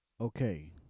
Okay